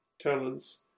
talents